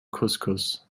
couscous